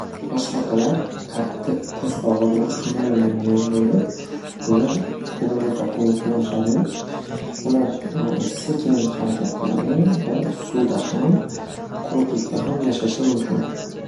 Toshbaqalar qattiq po'stlog'i bilan himoyalangan bo'lib, ular juda uzoq umr ko'rishadi. Ular sekin harakat qiladi va suvda ham quruqlikda ham yashashi mumkin.